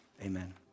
Amen